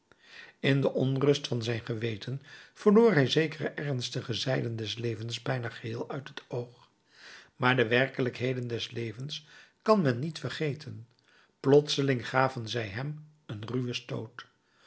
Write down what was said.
in de onrust van zijn geweten verloor hij zekere ernstige zijden des levens bijna geheel uit het oog maar de werkelijkheden des levens kan men niet vergeten plotseling gaven zij hem een ruwen stoot